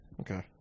Okay